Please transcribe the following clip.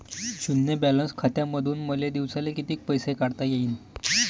शुन्य बॅलन्स खात्यामंधून मले दिवसाले कितीक पैसे काढता येईन?